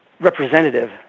representative